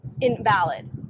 invalid